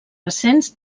recents